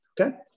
okay